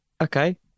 okay